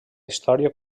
història